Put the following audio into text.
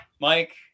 Mike